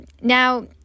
now